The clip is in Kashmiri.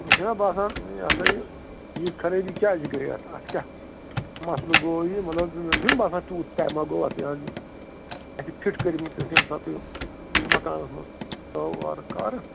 مےٚ چھِ نَہ باسان یہِ ہَسا یہِ ییٖژ خرٲبی کیٛازِ گٔے اَتھ اَتھ کیٛاہ مسلہٕ گوٚو یہِ مطلب مےٚچھُنہٕ باسان تیوٗت ٹایمَہ گوٚو اَتھ یہِ حظ یہِ اَسہِ چھِ فِٹ کٔرۍمٕتۍ حظ ییٚمہِ ساتہٕ یہِ مَکانَس منٛز ژاو وارٕ کارٕ